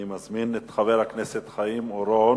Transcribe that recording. אני מזמין את חבר הכנסת חיים אורון,